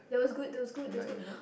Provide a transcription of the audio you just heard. it's good it's good